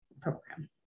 program